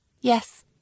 Yes